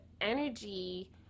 energy